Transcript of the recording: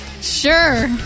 Sure